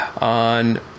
on